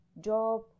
job